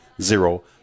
zero